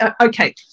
Okay